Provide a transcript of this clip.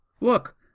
Look